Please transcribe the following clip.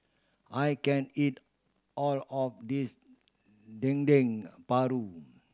I can't eat all of this Dendeng Paru